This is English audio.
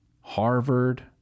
Harvard